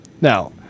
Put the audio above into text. Now